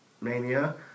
Mania